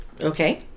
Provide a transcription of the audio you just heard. Okay